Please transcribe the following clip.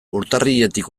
urtarriletik